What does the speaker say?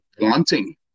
wanting